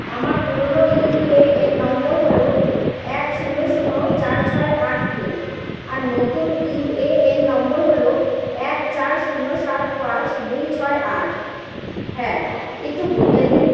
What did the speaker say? আমার পুরোনো UAN number হলো এক শূন্য শূন্য চার ছয় আট তিন আর নতুন ইউএএন নম্বর হলো এক চার শূন্য সাত পাঁচ দুই ছয় আট হ্যাঁ একটু বদলে দিন